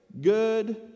good